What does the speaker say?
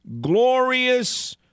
glorious